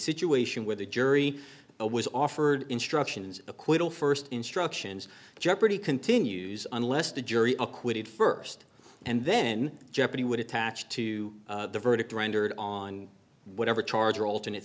situation where the jury was offered instructions acquittal first instructions jeopardy continues unless the jury acquitted first and then jeopardy would attach to the verdict rendered on whatever charge or alternate